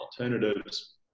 alternatives